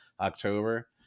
October